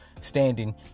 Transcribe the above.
standing